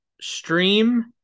stream